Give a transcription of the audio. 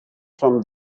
from